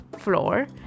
floor